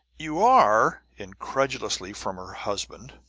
you are! incredulously, from her husband.